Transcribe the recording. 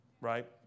Right